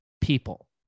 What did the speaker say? people